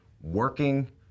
working